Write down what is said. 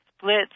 splits